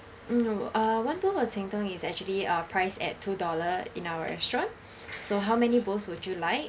mm uh one bowl of cheng tng is actually uh priced at two dollar in our restaurant so how many bowls would you like